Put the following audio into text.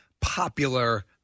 popular